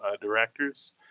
directors